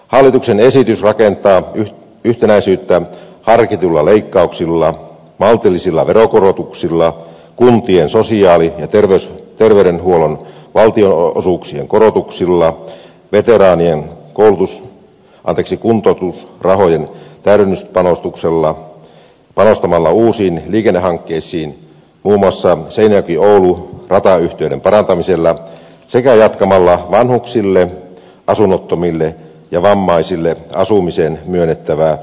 hallituksen esitys rakentaa yhtenäisyyttä harkituilla leikkauksilla maltillisilla veronkorotuksilla kuntien sosiaali ja terveydenhuollon valtionosuuksien korotuksilla peitellä niin kurkussa pariksi kun veteraanien kuntoutusrahojen täydennyspanostuksella panostamalla uusiin liikennehankkeisiin muun muassa seinäjokioulu ratayhteyden parantamisella sekä jatkamalla vanhuksille asunnottomille ja vammaisille asumiseen myönnettävää investointiavustusta